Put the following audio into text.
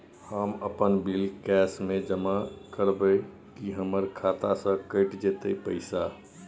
हम अपन bill cash म जमा करबै की हमर खाता स कैट जेतै पैसा?